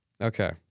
okay